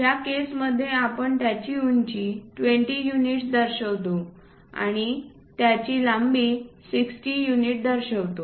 या केस मध्ये आपण त्याची उंची 20 युनिट दर्शवितो आणि त्याची लांबी 60 युनिट दर्शवितो